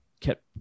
kept